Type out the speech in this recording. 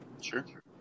Sure